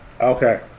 Okay